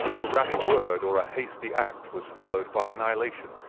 a rash word or a hasty act was followed by annihilation,